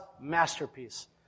masterpiece